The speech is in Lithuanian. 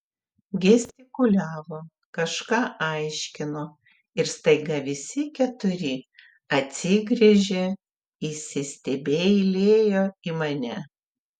gestikuliavo kažką aiškino ir staiga visi keturi atsigręžę įsistebeilijo į mane